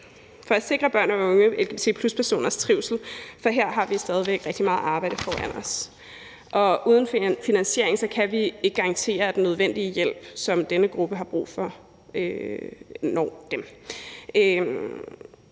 for at sikre børn og unge og lgbt+-personers trivsel, for her har vi stadig væk rigtig meget arbejde foran os, og uden en finansiering kan vi ikke garantere, at den nødvendige hjælp, som denne gruppe har brug for, når dem.